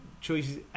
choices